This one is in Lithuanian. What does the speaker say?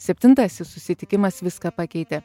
septintasis susitikimas viską pakeitė